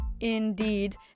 indeed